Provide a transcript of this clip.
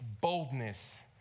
boldness